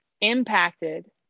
impacted